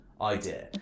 idea